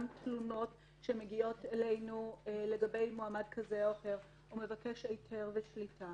גם תלונות שמגיעות אלינו לגבי מועמד כזה או אחר או מבקש היתר ושליטה.